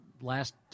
last